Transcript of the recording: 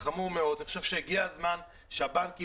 אני חושב שהגיע הזמן שהבנקים,